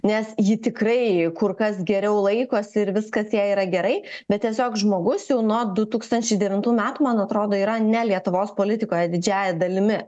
nes ji tikrai kur kas geriau laikosi ir viskas jai yra gerai bet tiesiog žmogus jau nuo du tūkstančiai devintų metų man atrodo yra ne lietuvos politikoje didžiąja dalimi